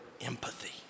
empathy